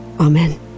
Amen